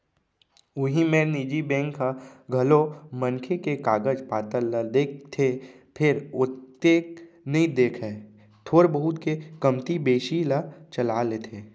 उही मेर निजी बेंक ह घलौ मनखे के कागज पातर ल देखथे फेर ओतेक नइ देखय थोर बहुत के कमती बेसी ल चला लेथे